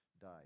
died